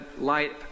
light